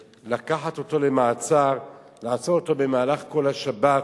זאת פגיעה בכוח העמידה של מדינת ישראל.